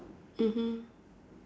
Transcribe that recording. mmhmm